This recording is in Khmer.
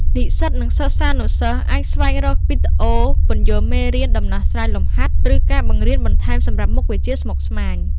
និស្សិត និងសិស្សានុសិស្សអាចស្វែងរកវីដេអូពន្យល់មេរៀន ដំណោះស្រាយលំហាត់ ឬការបង្រៀនបន្ថែមសម្រាប់មុខវិជ្ជាស្មុគស្មាញ។